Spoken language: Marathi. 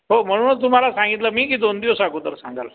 हो म्हणूनच तुम्हाला सांगितलं मी की दोन दिवस अगोदर सांगाल